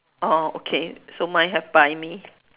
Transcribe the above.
orh okay so mine have buy me